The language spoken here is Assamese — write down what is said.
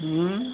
ও